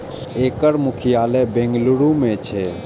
एकर मुख्यालय बेंगलुरू मे छै